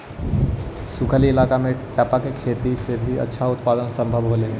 सूखल इलाका में टपक खेती से भी अच्छा उत्पादन सम्भव होले हइ